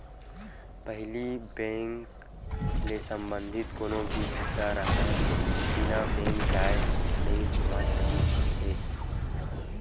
पहिली बेंक ले संबंधित कोनो भी बूता राहय बिना बेंक जाए नइ होवत रिहिस हे